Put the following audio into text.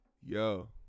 yo